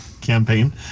campaign